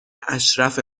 اشرف